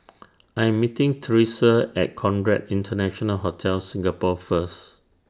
I Am meeting Theresa At Conrad International Hotel Singapore First